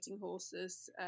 horses